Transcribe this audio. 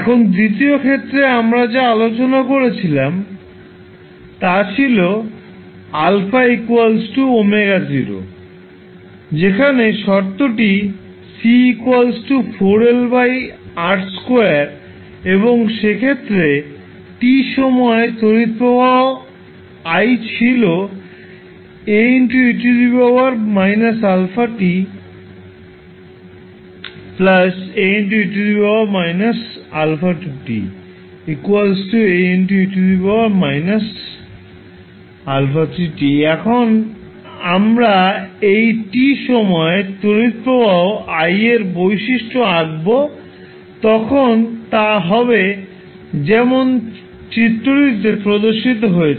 এখন দ্বিতীয় ক্ষেত্রে আমরা যা আলোচনা করেছিলাম তা ছিল α ω0 যেখানে শর্তটি C 4LR2 এবং সেক্ষেত্রে t সময়ে তড়িৎ প্রবাহ i ছিল Ae−αt A e−αt A e−αt এবং যখন আমরা এই t সময়ে তড়িৎ প্রবাহ i এর বৈশিষ্ট্য আঁকবো তখন তা হবে যেমন চিত্রটিতে প্রদর্শিত হয়েছে